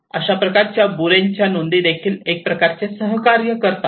अशा प्रकारच्या बुरेनच्या नोंदी देखील एकप्रकारचे सहकार्य करतात